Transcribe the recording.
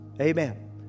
Amen